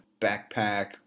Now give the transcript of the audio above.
backpack